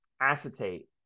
acetate